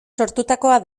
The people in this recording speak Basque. sortutakoa